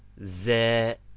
the